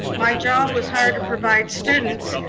my job was hired to provide students,